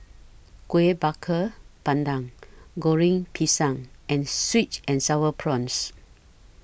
Kueh Bakar Pandan Goreng Pisang and Sweet and Sour Prawns